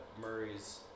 Murray's